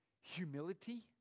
humility